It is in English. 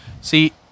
See